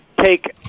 take